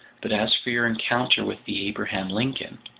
but as for your encounter with the abraham lincoln?